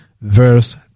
verse